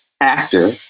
actor